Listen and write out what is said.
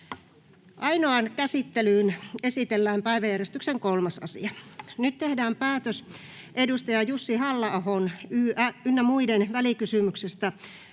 Ainoaan käsittelyyn esitellään päiväjärjestyksen 3. asia. Nyt tehdään päätös edustaja Jussi Halla-ahon ym. välikysymyksestä